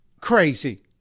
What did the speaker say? crazy